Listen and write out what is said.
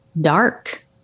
dark